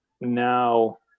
now